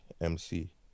MC